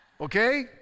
Okay